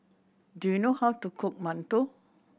do you know how to cook mantou